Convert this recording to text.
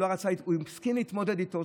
הוא השכיל להתמודד איתו.